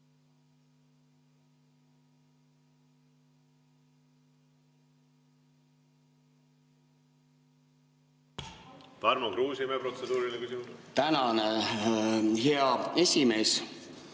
Tänan, hea esimees!